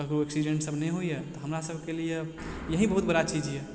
ककरो एक्सीडेन्ट सब नहि होइ यऽ तऽ हमरा सबके लिये यही बहुत बड़ा चीज यऽ